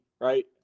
right